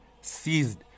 seized